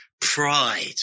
pride